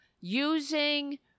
using